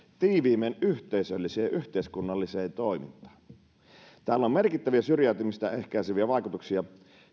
tiiviimmin yhteisölliseen ja yhteiskunnalliseen toimintaan tällä on merkittäviä syrjäytymistä ehkäiseviä vaikutuksia